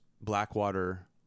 Blackwater